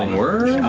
and word?